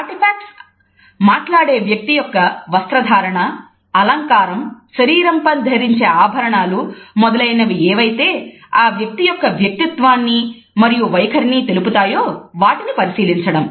artefacts మాట్లాడే వ్యక్తి యొక్క వస్త్రధారణ అలంకారం శరీరంపై ధరించే ఆభరణాలు మొదలైనవి ఏవైతే ఆ వ్యక్తి యొక్క వ్యక్తిత్వాన్ని మరియు వైఖరిని తెలుపుతాయో వాటిని పరిశీలించడం